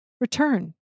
return